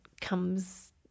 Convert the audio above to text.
comes